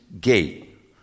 gate